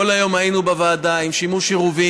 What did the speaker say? כל היום היינו בוועדה עם עירוב שימושים.